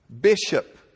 Bishop